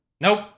Nope